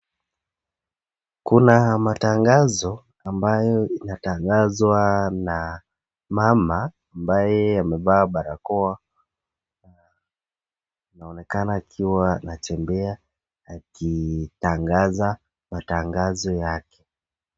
Kuna matangazo ambayo inatangazwa na mama ambaye amevaa barakoa anaonekana akiwa anatembea akitangaza matangazo yake.